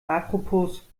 apropos